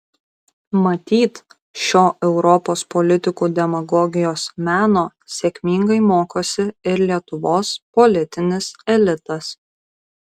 matyt šio europos politikų demagogijos meno sėkmingai mokosi ir lietuvos politinis elitas